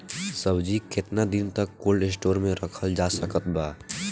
सब्जी केतना दिन तक कोल्ड स्टोर मे रखल जा सकत बा?